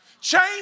Change